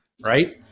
right